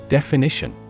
Definition